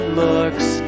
looks